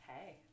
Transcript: Hey